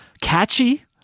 catchy